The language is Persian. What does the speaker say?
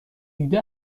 دیده